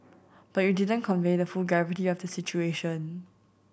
but you didn't convey the full gravity of the situation